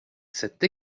cette